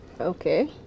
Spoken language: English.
Okay